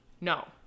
no